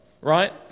Right